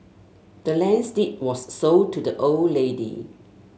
the land's deed was sold to the old lady